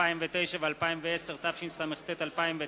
2009 ו-2010, התשס"ט 2009,